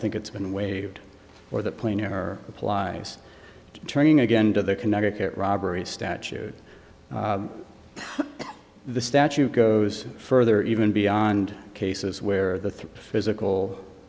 think it's been waived or the plane or applies to turning again to the connecticut robbery statute the statute goes further even beyond cases where the physical